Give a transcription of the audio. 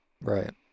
Right